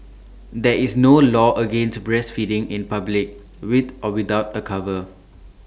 there is no law against breastfeeding in public with or without A cover